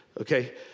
okay